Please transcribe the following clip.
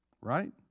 right